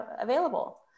available